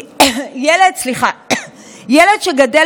ילד שגדל